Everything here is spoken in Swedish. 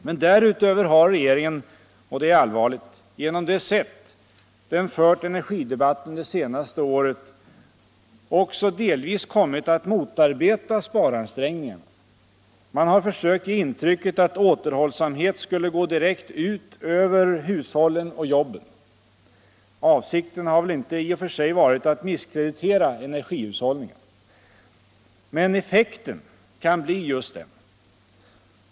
Men därutöver har regeringen — och det är allvarligt — genom det sätt den fört energidebatten det senaste året också delvis kommit att motarbeta sparansträngningarna. Man har försökt ge intrycket att återhållsamhet skulle gå direkt ut över hushållen och jobben. Avsikten har väl inte i och för sig varit att misskreditera energihushållningen, men effekten kan bli just den.